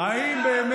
חוץ